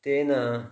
तेन